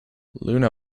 luna